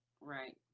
right